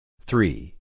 Three